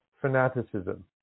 fanaticism